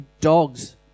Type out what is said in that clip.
dogs